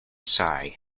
sigh